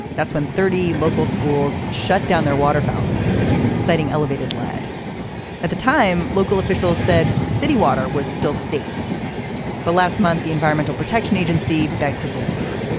that's when thirty local schools shut down their water fountains citing elevated lead at the time local officials said. the city water was still safe but last month the environmental protection agency beg to differ.